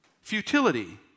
Futility